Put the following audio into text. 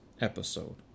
episode